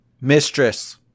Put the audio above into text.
Mistress